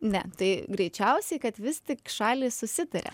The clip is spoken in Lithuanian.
ne tai greičiausiai kad vis tik šalys susitaria